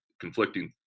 conflicting